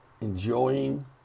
enjoying